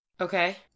Okay